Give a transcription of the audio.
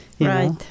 Right